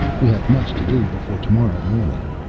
we have much to do before tomorrow morning.